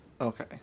Okay